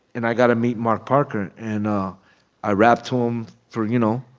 and i got to meet mark parker. and i rapped to him for, you know,